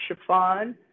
chiffon